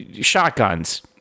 shotguns